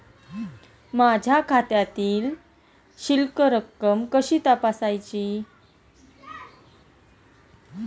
माझ्या खात्यामधील शिल्लक रक्कम कशी तपासायची?